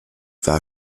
war